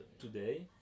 Today